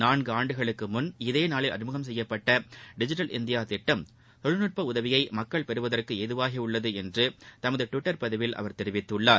நான்கு ஆண்டுகளுக்கு முன் இதே நாளில் அறிமுகம் செய்யப்பட்ட டிஜிட்டல் இந்தியா திட்டம் தொழில்நுட்ப உதவியை மக்கள் பெறுவதற்கு ஏதுவாக்கியுள்ளது என்ற தனது டுவிட்டரில் பதிவு செய்துள்ளார்